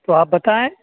تو آپ بتائیں